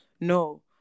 no